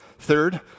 Third